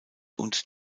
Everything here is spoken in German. und